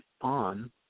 on